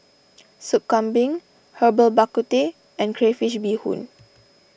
Sop Kambing Herbal Bak Ku Teh and Crayfish BeeHoon